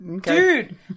Dude